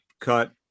cut